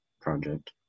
project